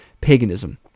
paganism